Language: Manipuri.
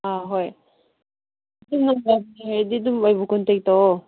ꯑꯥ ꯍꯣꯏ ꯑꯗꯨꯝ ꯅꯈꯣꯏ ꯂꯥꯛꯀꯦ ꯍꯥꯏꯔꯗꯤ ꯑꯗꯨꯝ ꯑꯩꯕꯨ ꯀꯣꯟꯇꯦꯛ ꯇꯧꯋꯣ